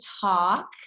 talk